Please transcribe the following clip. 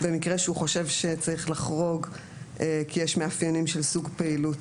במקרה שבו הוא חושב שצריך לחרוג כי יש מאפיינים של סוג פעילות,